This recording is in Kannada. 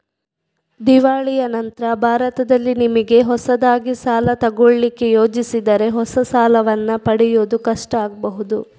ದಿವಾಳಿಯ ನಂತ್ರ ಭಾರತದಲ್ಲಿ ನಿಮಿಗೆ ಹೊಸದಾಗಿ ಸಾಲ ತಗೊಳ್ಳಿಕ್ಕೆ ಯೋಜಿಸಿದರೆ ಹೊಸ ಸಾಲವನ್ನ ಪಡೆಯುವುದು ಕಷ್ಟ ಆಗ್ಬಹುದು